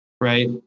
right